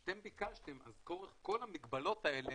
ובגלל שאתם ביקשתם אז כל המגבלות האלה,